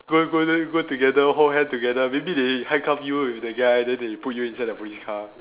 go go then go together hold hand together maybe they handcuff you with the guy then they put you inside the police car